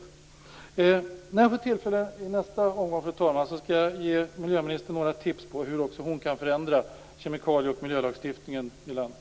Fru talman! När jag får tillfälle att återkomma i nästa omgång skall jag ge miljöministern några tips på hur hon kan förändra kemikalie och miljölagstiftningen i landet.